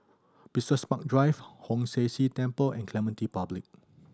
Business Park Drive Hong San See Temple and Clementi Public